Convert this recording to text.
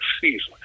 season